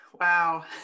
wow